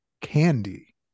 candy